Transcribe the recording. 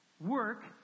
Work